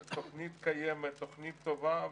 תוכנית קיימת, תוכנית טובה.